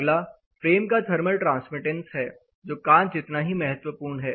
अगला फ्रेम का thermal transmittance हैजो कांच जितना ही महत्वपूर्ण है